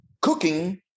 cooking